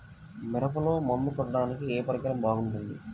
మిరపలో మందు కొట్టాడానికి ఏ పరికరం బాగుంటుంది?